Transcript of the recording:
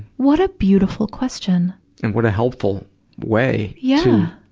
what a beautiful question. and what a helpful way yeah